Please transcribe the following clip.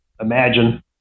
imagine